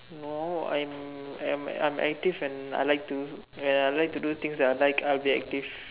no I'm I'm I'm active and I like to when I like to do things that I like I'll be active